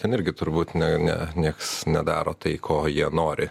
ten irgi turbūt ne ne nieks nedaro tai ko jie nori